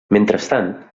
mentrestant